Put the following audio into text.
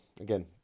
again